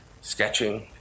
Sketching